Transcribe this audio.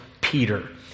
Peter